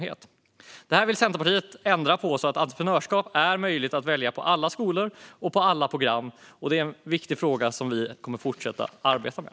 Detta vill Centerpartiet ändra på. Entreprenörskap ska vara möjligt att välja på alla skolor och inom alla program. Det är en viktig fråga som vi kommer att fortsätta arbeta med.